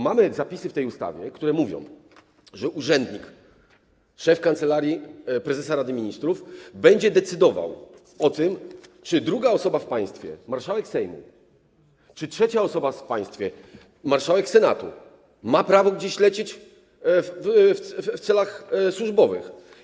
Mamy zapisy w tej ustawie, które mówią, że urzędnik, szef Kancelarii Prezesa Rady Ministrów będzie decydował o tym, czy druga osoba w państwie, marszałek Sejmu, czy trzecia osoba w państwie, marszałek Senatu, mają prawo gdzieś lecieć w celach służbowych.